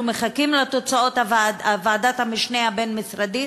אנחנו מחכים לתוצאות ועדת המשנה הבין-משרדית,